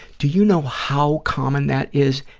do you know how common that is,